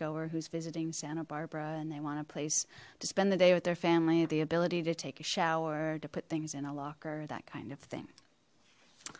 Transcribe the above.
goer who's visiting santa barbara and they want a place to spend the day with their family the ability to take a shower to put things in a locker that kind of thing